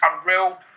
unreal